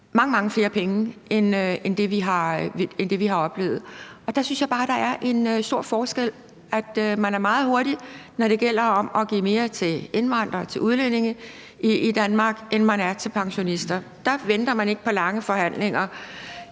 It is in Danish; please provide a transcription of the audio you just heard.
mange flere penge end det, vi har oplevet. Og der synes jeg bare, der er en stor forskel. Man er meget hurtigere, når det gælder om at give mere til indvandrere og udlændinge i Danmark, end når det gælder pensionister. Der venter man ikke på lange forhandlinger.